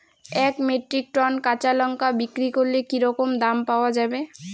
এক metric ton কাঁচা লঙ্কা বিক্রি করলে কি রকম দাম পাওয়া যাবে?